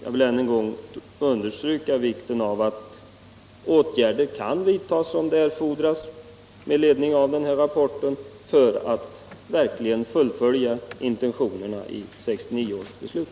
Jag vill än en gång understryka vikten av att åtgärder kan vidtagas, om så erfordras med ledning av den här rapporten, för att verkligen fullfölja intentionerna i 1969 års beslut.